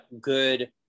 good